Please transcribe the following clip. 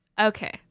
okay